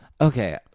Okay